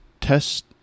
test